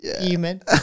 human